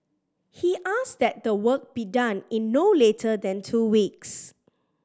he asked that the work be done in no later than two weeks